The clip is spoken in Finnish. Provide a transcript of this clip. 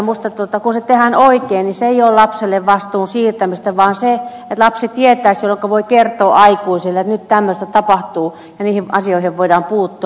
minusta kun se tehdään oikein se ei ole lapselle vastuun siirtämistä vaan sitä että lapsi tietäisi jolloinka hän voi kertoa aikuisille että nyt tämmöistä tapahtuu ja niihin asioihin voidaan puuttua